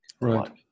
right